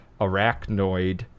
arachnoid